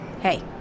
Hey